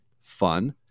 Fun